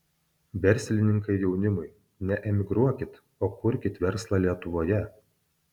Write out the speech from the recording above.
verslininkai jaunimui neemigruokit o kurkit verslą lietuvoje